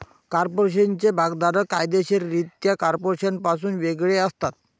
कॉर्पोरेशनचे भागधारक कायदेशीररित्या कॉर्पोरेशनपासून वेगळे असतात